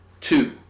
Two